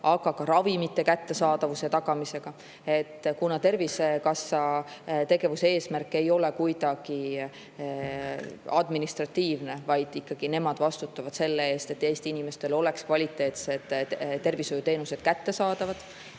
aga ka ravimite kättesaadavuse tagamisega. Tervisekassa tegevuse eesmärk ei ole kuidagi administratiivne. Nad ikkagi vastutavad selle eest, et Eesti inimestele oleks kvaliteetsed tervishoiuteenused kättesaadavad